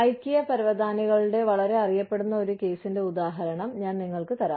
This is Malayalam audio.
Ikea പരവതാനികളുടെ വളരെ അറിയപ്പെടുന്ന ഒരു കേസിന്റെ ഉദാഹരണം ഞാൻ നിങ്ങൾക്ക് തരാം